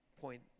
point